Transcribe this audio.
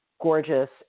gorgeous